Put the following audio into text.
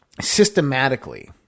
systematically